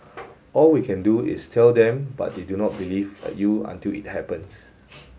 all we can do is tell them but they do not believe you until it happens